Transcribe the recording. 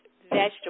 vegetables